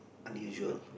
unusual